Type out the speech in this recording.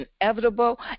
inevitable